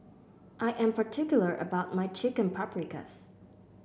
I am particular about my Chicken Paprikas